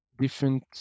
different